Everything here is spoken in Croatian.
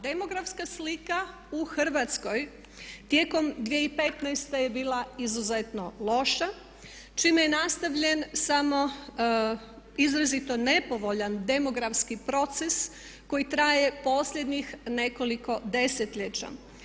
Demografska slika u Hrvatskoj tijekom 2015.je bila izuzetno loša čime je nastavljen samo izrazito nepovoljan demografski proces koji traje posljednjih nekoliko desetljeća.